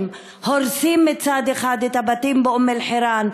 הורסים מצד אחד את הבתים באום-אלחיראן,